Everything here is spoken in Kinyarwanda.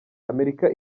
amerika